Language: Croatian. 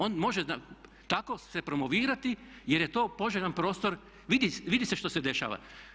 On može tako se promovirati jer je to poželjan prostor, vidi se što se dešava.